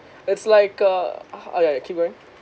it's like uh ah ya ya keep going